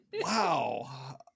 Wow